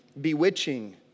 bewitching